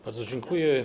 Bardzo dziękuję.